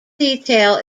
detail